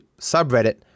subreddit